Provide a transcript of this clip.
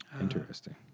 interesting